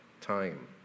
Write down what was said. time